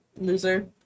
loser